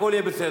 הכול יהיה בסדר.